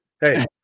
hey